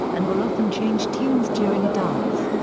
and will often change tunes during a dance.